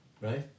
Right